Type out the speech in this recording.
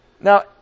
Now